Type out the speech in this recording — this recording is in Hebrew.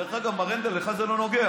דרך אגב, מר הנדל, לך זה לא נוגע.